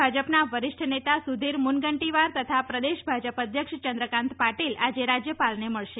ભાજપના વરિષ્ઠ નેતા સુધીર મુનગંટીવાર તથા પ્રદેશ ભાજપ અધ્યક્ષ યંદ્રકાન્ત પાટીલ આજે રાજ્યપાલને મળશે